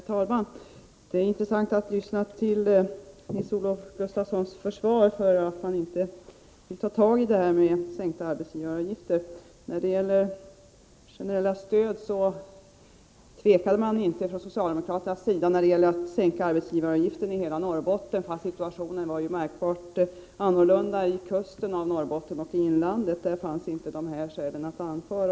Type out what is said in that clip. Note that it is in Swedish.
Herr talman! Det är intressant att lyssna till Nils-Olof Gustafssons försvar för att man inte vill ta tag i frågan om sänkta arbetsgivaravgifter. När det gäller generella stöd tvekade man inte från socialdemokraternas sida att sänka arbetsgivaravgiften i hela Norrbotten. Men situationen var ju märkbart annorlunda vid kusten av Norrbotten och i inlandet. Där fanns inte dessa skäl att anföra.